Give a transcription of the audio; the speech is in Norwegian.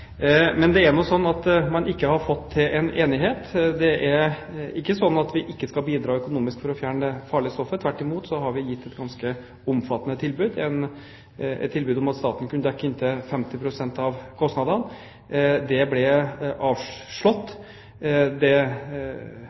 Men man har ikke fått til en enighet. Det er ikke sånn at vi ikke skal bidra økonomisk for å fjerne det farlige stoffet, tvert imot har vi gitt et ganske omfattende tilbud, et tilbud om at staten kan dekke inntil 50 pst. av kostnadene. Det ble avslått, det